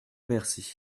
merci